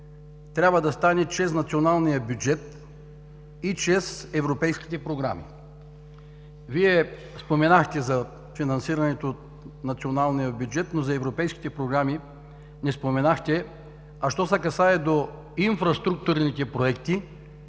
трябва да стане чрез националния бюджет и чрез европейските програми. Вие споменахте за финансиране от националния бюджет, но за европейските програми не споменахте. Що се касае до инфраструктурните проекти